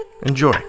Enjoy